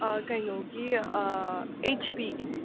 ꯀꯩꯅꯣꯒꯤ ꯑꯩꯆ ꯄꯤꯒꯤꯅꯦ